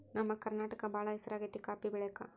ನಮ್ಮ ಕರ್ನಾಟಕ ಬಾಳ ಹೆಸರಾಗೆತೆ ಕಾಪಿ ಬೆಳೆಕ